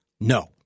No